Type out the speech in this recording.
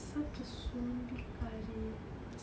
such a